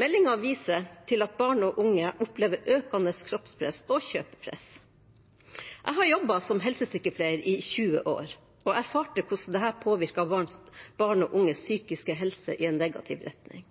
Meldingen viser til at barn og unge opplever økende kroppspress og kjøpepress. Jeg har jobbet som helsesykepleier i 20 år og erfarte hvordan dette påvirket barn og unges psykiske helse i en negativ retning.